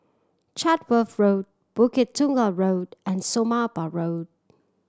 Chatsworth Road Bukit Tunggal Road and Somapah Road